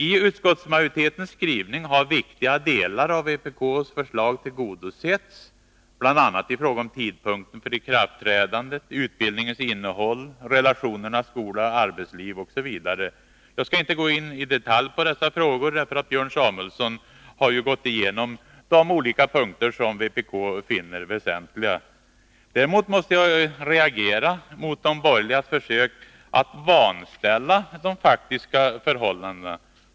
I utskottsmajoritetens skrivning har viktiga delar av vpk:s förslag tillgodosetts, bl.a. i fråga om tidpunkten för ikraftträdandet, utbildningens innehåll och relationerna skola-arbetsliv. Jag skall inte i detalj gå in på dessa frågor, eftersom Björn Samuelson har gått igenom de olika punkter som vpk finner väsentliga. Däremot måste jag reagera mot de borgerligas försök att vanställa de faktiska förhållandena.